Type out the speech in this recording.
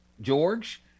George